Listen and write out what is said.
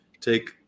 take –